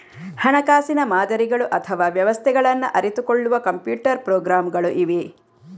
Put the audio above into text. ಹಣಕಾಸಿನ ಮಾದರಿಗಳು ಅಥವಾ ವ್ಯವಸ್ಥೆಗಳನ್ನ ಅರಿತುಕೊಳ್ಳುವ ಕಂಪ್ಯೂಟರ್ ಪ್ರೋಗ್ರಾಮುಗಳು ಇವೆ